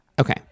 okay